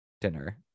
dinner